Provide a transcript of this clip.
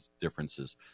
differences